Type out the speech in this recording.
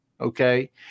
okay